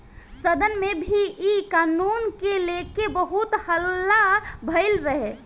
सदन में भी इ कानून के लेके बहुत हल्ला भईल रहे